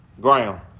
ground